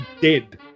dead